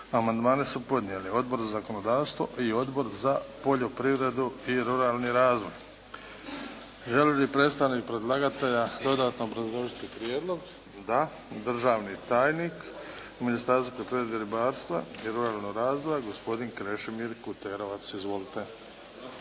Amandmane su podnijeli Odbor za zakonodavstvo i Odbor za poljoprivredu i ruralni razvoj. Želi li predstavnik predlagatelja dodatno obrazložiti prijedlog? Da. Državni tajni u Ministarstvu poljoprivrede i ribarstva i ruralnog razvoja, gospodin Krešimir Kuterovac. Izvolite.